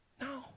No